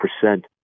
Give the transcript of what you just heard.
percent